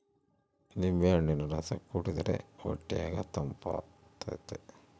ನಿಂಬೆಹಣ್ಣಿನ ರಸ ಕುಡಿರ್ದೆ ಹೊಟ್ಯಗ ತಂಪಾತತೆ